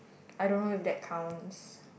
I don't know if that counts